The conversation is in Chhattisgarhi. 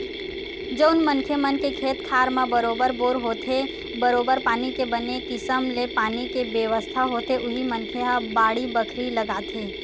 जउन मनखे मन के खेत खार म बरोबर बोर होथे बरोबर पानी के बने किसम ले पानी के बेवस्था होथे उही मनखे ह बाड़ी बखरी लगाथे